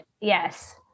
Yes